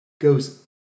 goes